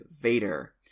Vader